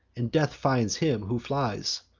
and death finds him who flies.